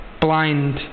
blind